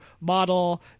model